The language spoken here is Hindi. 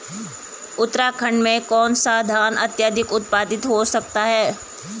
उत्तराखंड में कौन सा धान अत्याधिक उत्पादित हो सकता है?